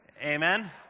amen